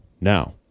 Now